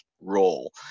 role